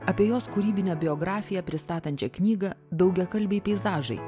apie jos kūrybinę biografiją pristatančią knygą daugiakalbiai peizažai